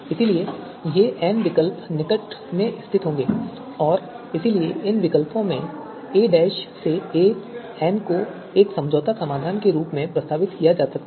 इसलिए ये n विकल्प निकट से स्थित होंगे और इसलिए इन विकल्पों a से a को एक समझौता समाधान के रूप में प्रस्तावित किया जा सकता है